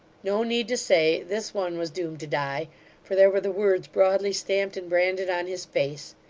no need to say this one was doomed to die for there were the words broadly stamped and branded on his face.